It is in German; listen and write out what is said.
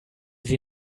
sie